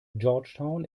georgetown